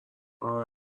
اره